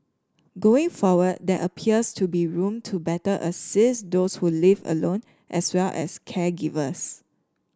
going forward there appears to be room to better assist those who live alone as well as caregivers